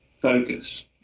focus